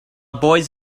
boys